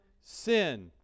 sin